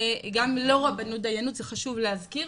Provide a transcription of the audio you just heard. חשוב להזכיר,